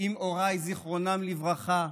אם הוריי, זיכרונם לברכה,